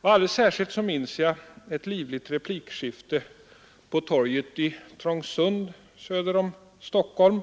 Alldeles särskilt minns jag ett livligt replikskifte på torget i Trångsund söder om Stockholm.